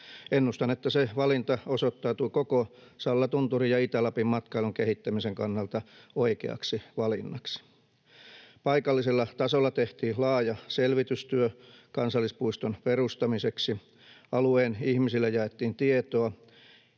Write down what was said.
Ennustan, että se valinta osoittautuu koko Sallatunturin ja Itä-Lapin matkailun kehittämisen kannalta oikeaksi valinnaksi. Paikallisella tasolla tehtiin laaja selvitystyö kansallispuiston perustamiseksi. Alueen ihmisille jaettiin tietoa,